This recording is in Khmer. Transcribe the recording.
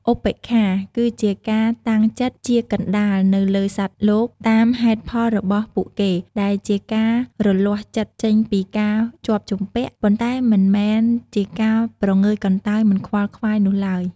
ឧបេក្ខាគឺជាការតាំងចិត្តជាកណ្តាលទៅលើសត្វលោកតាមហេតុផលរបស់ពួកគេ ដែលជាការរលាស់ចិត្តចេញពីការជាប់ជំពាក់ ប៉ុន្តែមិនមែនជាការព្រងើយកន្តើយមិនខ្វល់ខ្វាយនោះឡើយ។